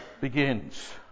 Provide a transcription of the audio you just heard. begins